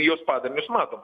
jos padarinius matom